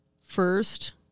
first